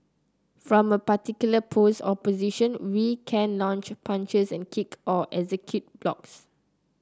from a particular pose or position we can launch punches and kick or execute blocks